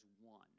one